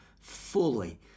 fully